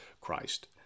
Christ